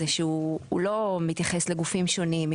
זה שהוא לא מתייחס לגופים שונים,